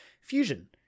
Fusion